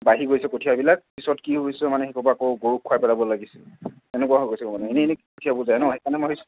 বাঢ়ি গৈছে কঠীয়াবিলাক পিছত কি হৈছে মানে সেইসোপা আকৌ গৰুক খুৱাই পেলাব লাগিছিল সেনেকুৱা হৈ গৈছেগৈ মানে এনেই এনেই কঠীয়াবোৰ যায় ন' সেইকাৰণে মই ভাবিছোঁ